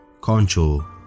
Concho